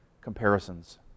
comparisons